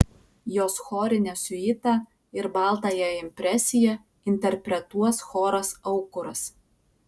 jos chorinę siuitą ir baltąją impresiją interpretuos choras aukuras